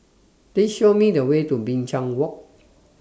Please Show Me The Way to Binchang Walk